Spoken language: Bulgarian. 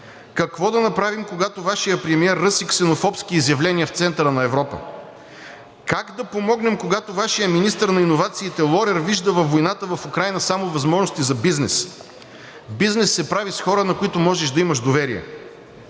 Какво да направим, когато Вашият премиер ръси ксенофобски изявления в центъра на Европа? Как да помогнем, когато Вашият министър на иновациите Лорер вижда във войната в Украйна само възможности за бизнес? Бизнес се прави с хора, на които можеш да имаш доверие.